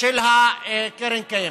של הקרן קיימת.